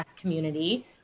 community